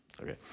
okay